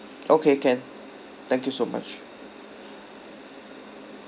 okay can thank you so much